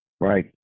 Right